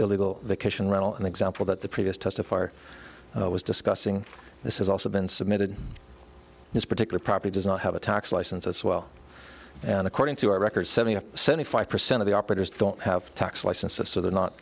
illegal vacation rental an example that the previous testifier was discussing this is also been submitted this particular property does not have a tax license as well and according to our record setting up seventy five percent of the operators don't have a tax license if so they're not